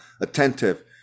attentive